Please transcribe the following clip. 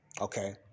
okay